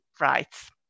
rights